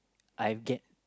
I get